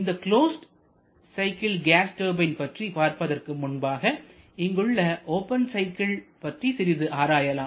இந்த closed cycle gas turbine பற்றி பார்ப்பதற்கு முன்பாக இங்குள்ள ஓபன் சைக்கிள் பற்றி சிறிது ஆராயலாம்